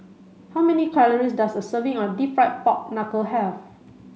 how many calories does a serving of deep fried pork knuckle have